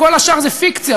כל השאר זה פיקציה,